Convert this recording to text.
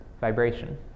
vibration